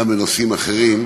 גם בנושאים אחרים.